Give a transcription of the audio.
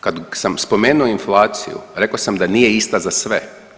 Kad sam spomenuo inflacije, rekao sam da nije ista za sve.